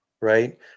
right